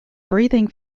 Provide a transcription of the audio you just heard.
breathing